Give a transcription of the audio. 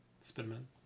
Spider-Man